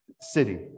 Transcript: city